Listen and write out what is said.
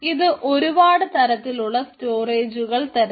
ഇത് ഒരുപാട് തരത്തിലുള്ള സ്റ്റോറേജുകൾ തരുന്നു